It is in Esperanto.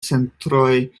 centroj